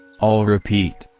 all repeat.